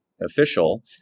official